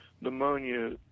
pneumonia